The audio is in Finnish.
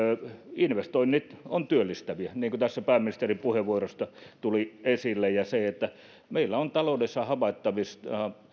investoinnit ovat työllistäviä niin kuin tässä pääministerin puheenvuorosta tuli esille ja meillä on taloudessa havaittavissa